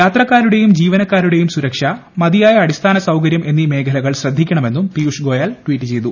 യാത്രക്കാരുടേയും ജീവനക്കാരുടേയും സുരക്ഷ മതിയായ അടിസ്ഥാന സൌകര്യം എന്നീ മേഖലകൾ ശ്രദ്ധിക്കണമെന്നും പിയൂഷ് ഗോയൽ ട്വീറ്റ് ചെയ്തു